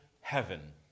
heaven